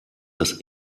das